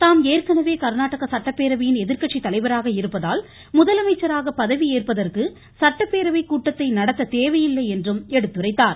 தாம் ஏற்கனவே கர்நாடக சட்டப்பேரவையின் எதிர்கட்சி தலைவராக இருப்பதால் முதலமைச்சராக பதவியேற்பதற்கு சட்டப்பேரவை கூட்டத்தை நடத்த தேவையில்லை என்று எடுத்துரைத்தார்